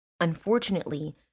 Unfortunately